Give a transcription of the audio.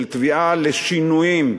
של תביעה לשינויים,